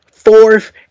fourth